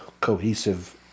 cohesive